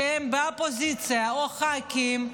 כשהם באופוזיציה, או ח"כים,